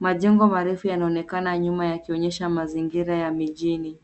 Majengo marefu yanaonekana nyuma yakionyesha mazingira ya mijini.